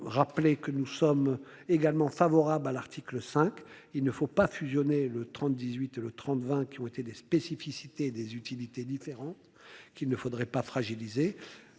Rappeler que nous sommes également favorables à l'article 5, il ne faut pas fusionner le 30 18 le 30 20 qui ont été des spécificités des utilités différentes qu'il ne faudrait pas fragiliser